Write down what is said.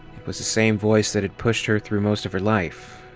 it was the same voice that had pushed her through most of her life,